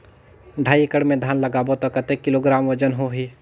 ढाई एकड़ मे धान लगाबो त कतेक किलोग्राम वजन होही?